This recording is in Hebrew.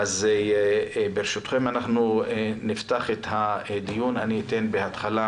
ברשותכם אנחנו נפתח את הדיון, אני אתן בהתחלה